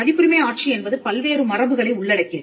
பதிப்புரிமை ஆட்சி என்பது பல்வேறு மரபுகளை உள்ளடக்கியது